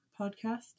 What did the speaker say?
podcast